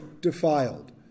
defiled